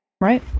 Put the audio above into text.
Right